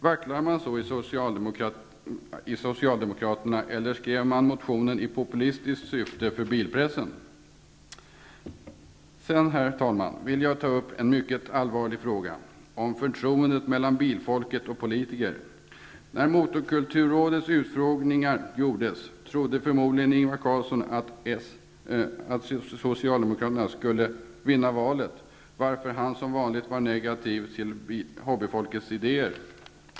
Vacklar man så i Socialdemokraterna, eller skrev man motionen i populistiskt syfte för bilpressen? Herr talman! Slutligen vill jag ta upp en mycket allvarlig fråga om förtroendet mellan bilfolket och politiker. När Motorkulturrådets utfrågningar gjordes trodde förmodligen Ingvar Carlsson att Socialdemokraterna skulle vinna valet. Därför var han som vanligt negativ till hobbyfolkets idéer.